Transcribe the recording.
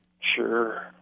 Sure